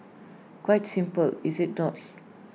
quite simple is IT not